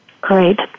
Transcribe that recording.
Great